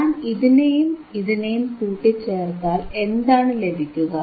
ഞാൻ ഇതിനെയും ഇതിനെയും കൂട്ടിച്ചേർത്താൽ എന്താണ് ലഭിക്കുക